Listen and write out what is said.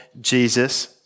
Jesus